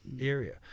area